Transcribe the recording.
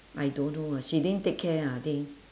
I don't know uh she didn't take care ah I think